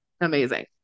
amazing